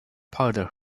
powder